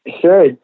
Sure